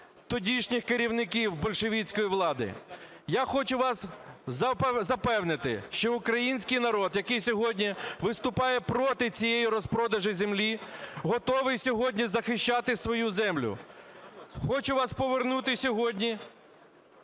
тодішніх керівників більшовицької влади. Я хочу вас запевнити, що український народ, який сьогодні виступає проти цієї розпродажі землі, готовий сьогодні захищати свою землю. Хочу вас повернути сьогодні